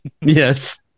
Yes